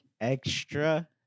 extra